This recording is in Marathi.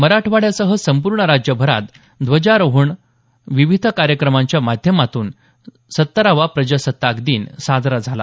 मराठवाड्यासह संपूर्ण राज्यभरात ध्वजारोहणासह विविध कार्यक्रमांच्या माध्यमातून सत्तरावा प्रजासत्ताक दिन साजरा झाला